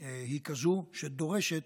היא כזו שדורשת,